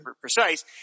precise